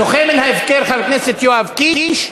זוכה מן ההפקר חבר הכנסת יואב קיש,